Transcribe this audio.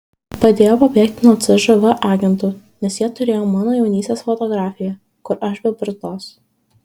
padėjo pabėgti nuo cžv agentų nes jie turėjo mano jaunystės fotografiją kur aš be barzdos